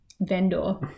vendor